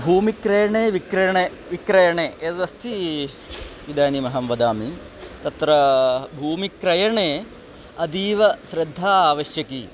भूमिक्रयणे विक्रयणे विक्रयणे यदस्ति इदानीमहं वदामि तत्र भूमिक्रयणे अतीव श्रद्धा आवश्यकी